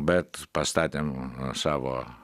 bet pastatėm savo